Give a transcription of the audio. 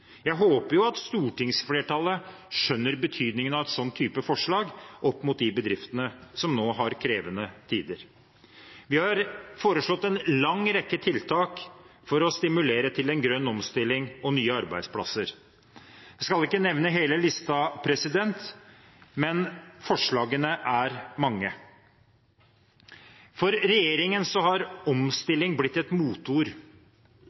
Jeg håper at stortingsflertallet skjønner betydningen av en sånn type forslag opp mot de bedriftene som nå har krevende tider. Vi har foreslått en lang rekke tiltak for å stimulere til en grønn omstilling og nye arbeidsplasser. Jeg skal ikke nevne hele listen, men forslagene er mange. For regjeringen har omstilling blitt et